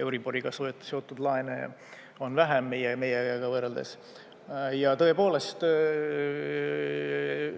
euriboriga seotud laene on vähem meiega võrreldes. Tõepoolest,